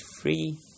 free